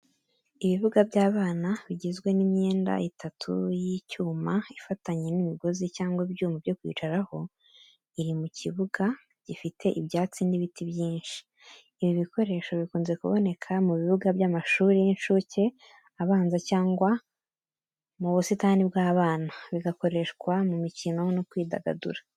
Ibibuga by’abana bigizwe n’imyenda itatu y’icyuma ifatanye n’imigozi cyangwa ibyuma byo kwicaraho, iri mu kibuga gifite ibyatsi n’ibiti byinshi. Ibi bikoresho bikunze kuboneka mu bibuga by’amashuri y’incuke, abanza cyangwa mu busitani bw’abana, bigakoreshwa mu mikino no kwidagadura.